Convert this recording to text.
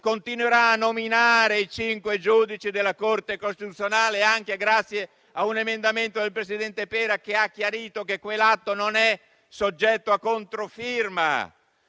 continuerà a nominare i cinque giudici della Corte costituzionale, anche grazie a un emendamento del presidente Pera che ha chiarito che quell'atto non è soggetto a controfirma;